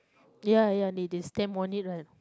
ya ya they they stamp only